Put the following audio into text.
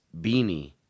beanie